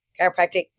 chiropractic